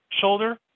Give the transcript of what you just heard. shoulder